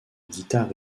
guitare